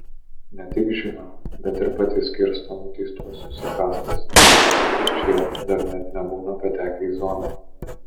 ne tik žino bet ir pati skirsto nuteistuosius į kastas kol šie dar net nebūna patekę į zoną